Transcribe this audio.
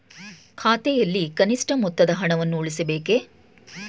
ಖಾತೆಯಲ್ಲಿ ಕನಿಷ್ಠ ಮೊತ್ತದ ಹಣವನ್ನು ಉಳಿಸಬೇಕೇ?